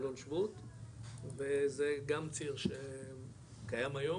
אלון שבות וזה גם ציר שקיים היום,